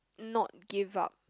not give up